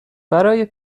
برای